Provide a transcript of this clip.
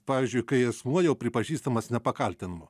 pavyzdžiui kai asmuo jau pripažįstamas nepakaltinamu